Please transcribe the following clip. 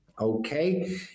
Okay